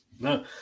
No